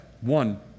one